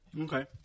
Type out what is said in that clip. Okay